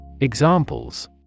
Examples